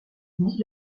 nie